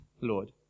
Lord